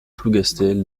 plougastel